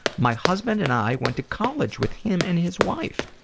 my husband and i went to college with him and his wife.